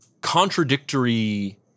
contradictory